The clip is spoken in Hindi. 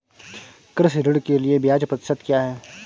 कृषि ऋण के लिए ब्याज प्रतिशत क्या है?